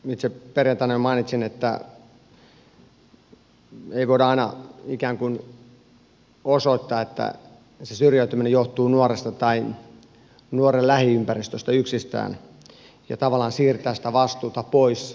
itse jo perjantaina mainitsin että ei voida aina ikään kuin osoittaa että syrjäytyminen johtuu nuoresta tai nuoren lähiympäristöstä yksistään ja tavallaan siirtää sitä vastuuta pois yhteiskunnalta